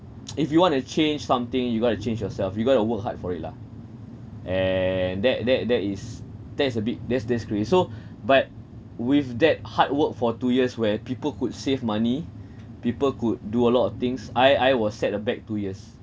if you want to change something you got to change yourself you got to work hard for it lah and that that that is that is a bit that's that's crazy so but with that hard work for two years where people could save money people could do a lot of things I I was set aback two years